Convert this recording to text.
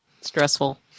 Stressful